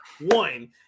one